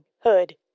Hood